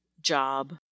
job